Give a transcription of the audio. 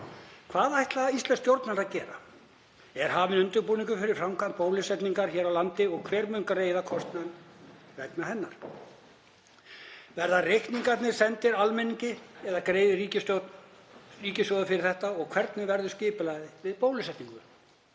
Hvað ætla íslensk stjórnvöld að gera? Er hafinn undirbúningur fyrir framkvæmd bólusetningar hér á landi og hver mun greiða kostnað vegna hennar? Verða reikningarnir sendir almenningi eða greiðir ríkissjóður fyrir það og hvernig verður skipulagið við bólusetningu?